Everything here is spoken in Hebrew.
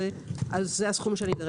זה הסכום שאני אדרש.